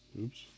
Oops